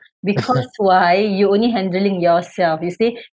because why you only handling yourself you see